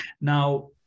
Now